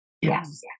Yes